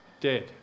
dead